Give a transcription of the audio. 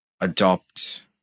adopt